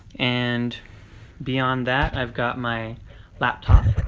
and beyond that i've got my laptop,